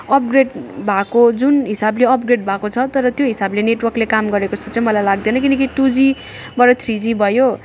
upgrade भएको जुन हिसाबले अपग्रेड भएको छ तर त्यो हिसाबले नेटवर्कले काम गरे जस्तो चाहिँ मलाई लाग्दैन किनकि टुजिबाट थ्री जी भयो